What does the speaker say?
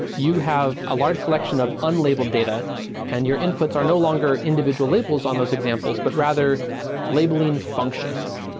you have a large collection of unlabeled data and your inputs are no longer individual labels on those examples, but rather labeling functions.